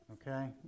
Okay